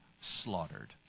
slaughtered